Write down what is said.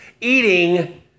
eating